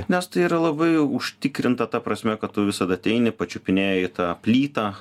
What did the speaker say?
nes tai yra labai užtikrinta ta prasme kad tu visada ateini pačiupinėji tą plytą